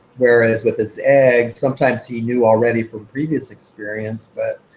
whereas with this egg, sometimes he knew already from previous experience, but